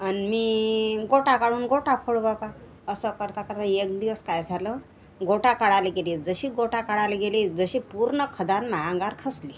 आणि मी गोटा काढून गोटा फोडू बापा असं करता करता एक दिवस काय झालं गोटा काढाले गेली जशी गोटा काढाले गेली जशी पूर्ण खदान माया अंगावर खचली